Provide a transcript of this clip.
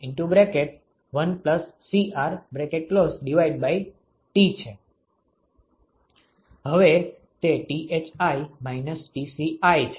હવે તે Thi - Tci છે